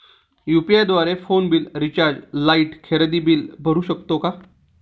UPI द्वारे phone bill, recharge, light, खरेदी bill भरू शकतो का?